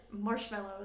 marshmallows